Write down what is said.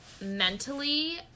mentally